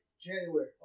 January